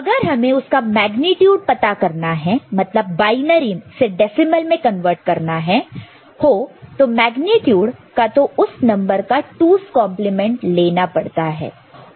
अगर हमें उसका मेग्नीट्यूड पता करना है मतलब बायनरी से डेसिमल में कन्वर्ट करना हो मेग्नीट्यूड का तो उस नंबर का 2's कंप्लीमेंट 2's complement लेना पड़ता है